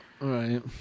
Right